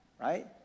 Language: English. right